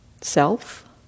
self